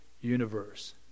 universe